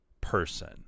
person